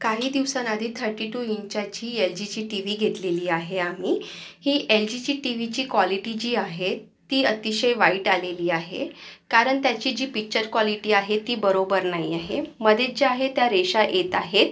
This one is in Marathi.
काही दिवसांआधी थर्टी टू इंचाची येल जीची टी वी घेतलेली आहे आम्ही ही एल जीची टीवीची कॉलिटी जी आहे ती अतिशय वाईट आलेली आहे कारण त्यांची जी पिच्चर क्वॉलिटी आहे ती बरोबर नाही आहे मध्येच ज्या आहेत त्या रेषा येत आहेत